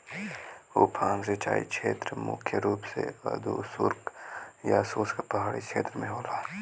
उफान सिंचाई छेत्र मुख्य रूप से अर्धशुष्क या शुष्क पहाड़ी छेत्र में होला